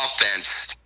offense